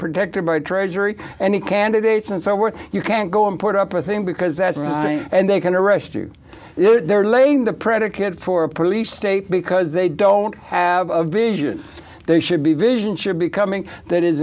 protected by the treasury and the candidates and so we're you can't go and put up with him because that's right and they can arrest you they're laying the predicate for a police state because they don't have a vision they should be vision should be coming that is